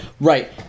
Right